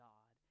God